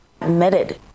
admitted